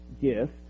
gift